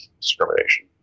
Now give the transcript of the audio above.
discrimination